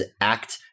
act